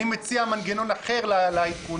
אני מציע מנגנון אחר לעדכון.